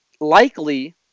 likely